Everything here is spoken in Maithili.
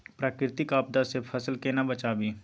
प्राकृतिक आपदा सं फसल केना बचावी?